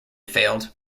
failed